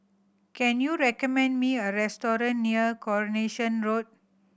can you recommend me a restaurant near Coronation Road